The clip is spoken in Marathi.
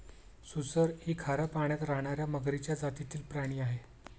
सुसर ही खाऱ्या पाण्यात राहणार्या मगरीच्या जातीतील प्राणी आहे